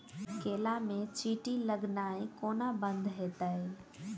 केला मे चींटी लगनाइ कोना बंद हेतइ?